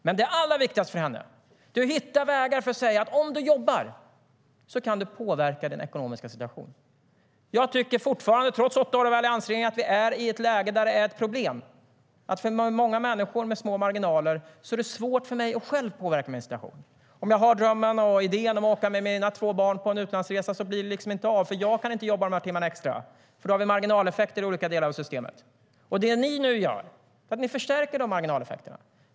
Men det allra viktigaste för henne är att om hon jobbar kan hon påverka sin ekonomiska situation. Det ni nu gör är att ni förstärker dessa marginaleffekter.